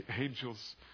angels